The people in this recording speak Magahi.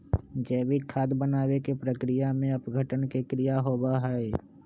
जैविक खाद बनावे के प्रक्रिया में अपघटन के क्रिया होबा हई